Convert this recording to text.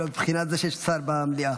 מבחינת זה שיש שר במליאה.